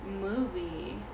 movie